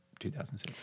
2006